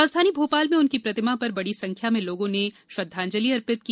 राजधानी भोपाल में उनकी प्रतिमा पर बड़ी संख्या में लोगों ने श्रद्वांजलि अर्पित की